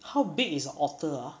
how big is a otter ah